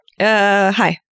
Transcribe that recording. hi